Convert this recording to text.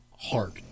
heart